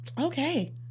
okay